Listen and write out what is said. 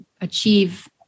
achieve